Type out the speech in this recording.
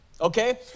okay